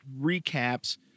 recaps